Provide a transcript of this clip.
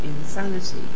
insanity